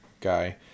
guy